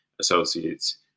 associates